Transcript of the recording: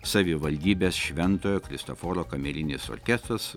savivaldybės šventojo kristoforo kamerinis orkestras